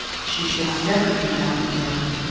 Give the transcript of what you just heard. she should never be happy there.